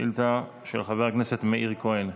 שאילתה של חבר הכנסת מאיר כהן.